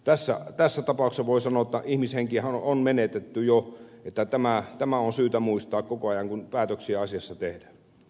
tässä tapauksessa voi sanoa että ihmishenkiähän on menetetty jo niin että tämä on syytä muistaa koko ajan kun päätöksiä asiassa tehdään